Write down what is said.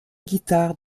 guitare